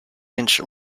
inch